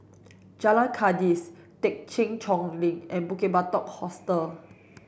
Jalan Kandis Thekchen Choling and Bukit Batok Hostel